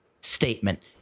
statement